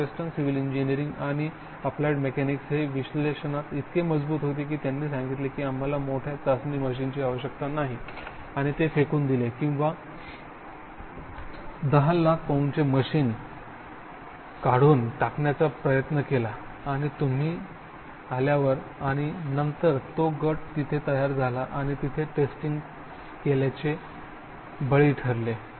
Northwestern civil engineering आणि applied mechanics हे विश्लेषणात इतके मजबूत होते की त्यांनी सांगितले की आम्हाला मोठ्या चाचणी मशीनची आवश्यकता नाही आणि ते फेकून दिले किंवा 1000000 पौंडचे मशीन काढून टाकण्याचा प्रयत्न केला आणि तुम्ही आल्यावर आणि नंतर तो गट तिथे तयार झाला आणि तिथे टेस्टिंग केल्याचे बळी ठरले